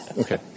Okay